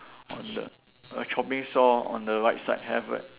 on the err chopping saw on the right side have right